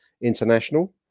International